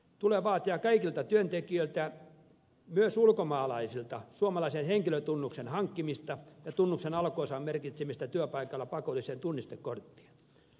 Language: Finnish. tulee vaatia kaikilta työntekijöiltä myös ulkomaalaisilta suomalaisen henkilötunnuksen hankkimista ja tunnuksen alkuosan merkitsemistä työpaikalla pakolliseen tunnistekorttiin